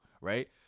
right